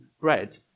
bread